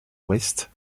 ouest